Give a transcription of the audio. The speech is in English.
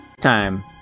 Time